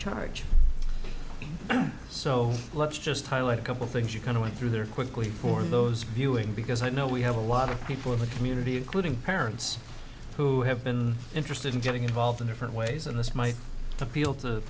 charge so let's just highlight a couple things you kind of went through there quickly for those of you in because i know we have a lot of people in the community including parents who have been interested in getting involved in different ways and this might appeal to